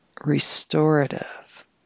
restorative